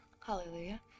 Hallelujah